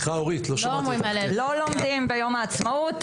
לא לומדים ביום העצמאות,